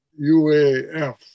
UAF